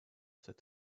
said